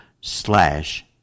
slash